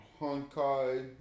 Honkai